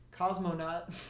cosmonaut